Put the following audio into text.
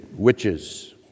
witches